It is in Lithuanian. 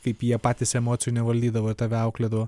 kaip jie patys emocijų nevaldydavo ir tave auklėdavo